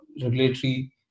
regulatory